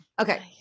okay